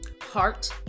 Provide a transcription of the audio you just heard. heart